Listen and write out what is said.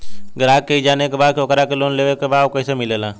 ग्राहक के ई जाने के बा की ओकरा के लोन लेवे के बा ऊ कैसे मिलेला?